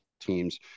teams